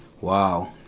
wow